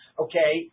okay